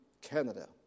Canada